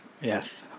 Yes